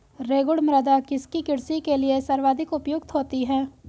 रेगुड़ मृदा किसकी कृषि के लिए सर्वाधिक उपयुक्त होती है?